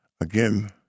Again